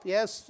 Yes